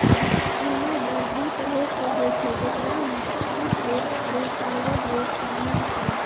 विनिमय दर दु तरहो के होय छै जेकरा मे स्पाट रेट आरु फारवर्ड रेट शामिल छै